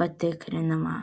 patikrinimą